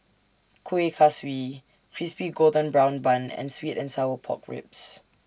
Kueh Kaswi Crispy Golden Brown Bun and Sweet and Sour Pork Ribs